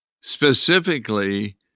specifically